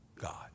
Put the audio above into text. God